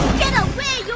get away